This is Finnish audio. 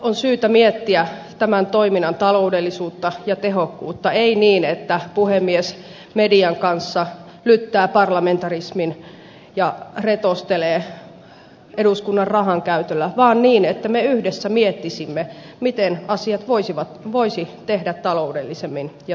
on syytä miettiä tämän toiminnan taloudellisuutta ja tehokkuutta ei niin että puhemies median kanssa lyttää parlamentarismin ja retostelee eduskunnan rahankäytöllä vaan niin että me yhdessä miettisimme miten asiat voisi tehdä taloudellisemmin ja tuottavammin